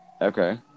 okay